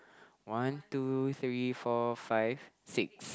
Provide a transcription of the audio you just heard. one two three four five six